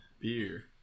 beer